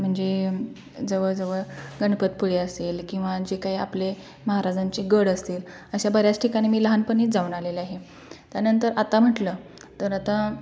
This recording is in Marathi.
म्हणजे जवळजवळ गणपतपुळे असेल किंवा जे काही आपले महाराजांचे गड असतील अशा बऱ्याच ठिकाणी मी लहानपणीच जाऊन आलेले आहे त्यानंतर आता म्हटलं तर आता